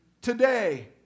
today